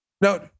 No